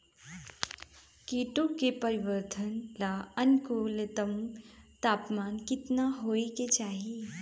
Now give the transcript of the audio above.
कीटो के परिवरर्धन ला अनुकूलतम तापमान केतना होए के चाही?